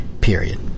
Period